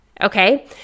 okay